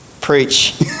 Preach